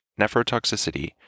nephrotoxicity